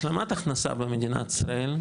השלמת הכנסה במדינת ישראל,